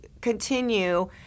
continue